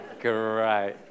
Great